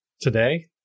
today